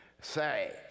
say